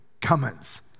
Cummins